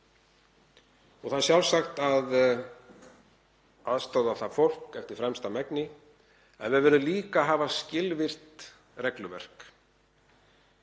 Það er sjálfsagt að aðstoða það fólk eftir fremsta megni en við verðum líka að hafa skilvirkt regluverk